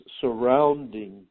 surrounding